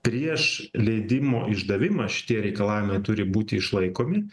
prieš leidimo išdavimą šitie reikalavimai turi būti išlaikomi